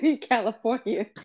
California